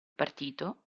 partito